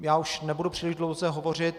Já už nebudu příliš dlouze hovořit.